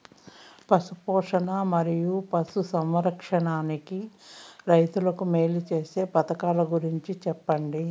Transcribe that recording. పశు పోషణ మరియు పశు సంవర్థకానికి రైతుకు మేలు సేసే పథకాలు గురించి చెప్పండి?